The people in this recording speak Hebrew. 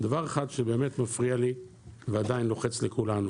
דבר אחד שמפריע לי ועדיין לוחץ לכולנו